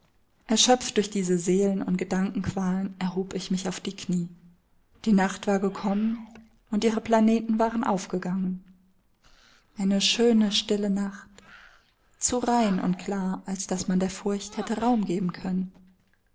erschöpft durch diese seelen und gedankenqualen erhob ich mich auf die knie die nacht war gekommen und ihre planeten waren aufgegangen eine schöne stille nacht zu rein und klar als daß man der furcht hätte raum geben können